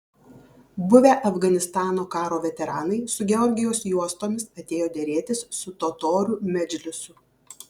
buvę afganistano karo veteranai su georgijaus juostomis atėjo derėtis su totorių medžlisu